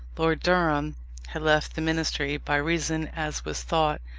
lord durham had left the ministry, by reason, as was thought,